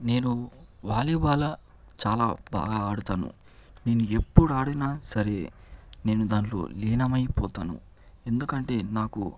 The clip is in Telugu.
నేను వాలీబాల్ చాలా బాగా ఆడుతాను నేను ఎప్పుడు ఆడినా సరే నేను దాంట్లో లీనమైపోతాను ఎందుకంటే నాకు